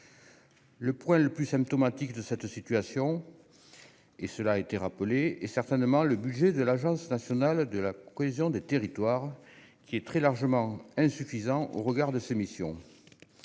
Le point le plus symptomatique de cette situation et cela a été rappelé, et certainement le budget de l'Agence nationale de la cohésion des territoires qui est très largement insuffisant au regard de ses missions,